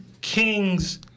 kings